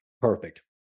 Perfect